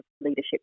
leadership